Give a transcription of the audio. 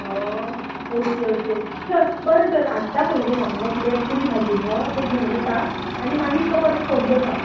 ह okay okay चल बरें तर हाडटा पयली हांव मुगो किदें पुरी भाजी मुगो तें घेवन येता आनी मागीर तुका परत फोन करता